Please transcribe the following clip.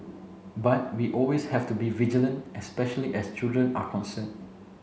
but we always have to be vigilant especially as children are concerned